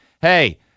Hey